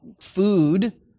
Food